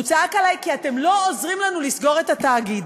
הוא צעק עלי: כי אתם לא עוזרים לנו לסגור את התאגיד.